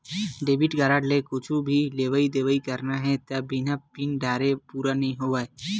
debit card ले कुछु भी लेवइ देवइ करना हे त बिना पिन डारे पूरा नइ होवय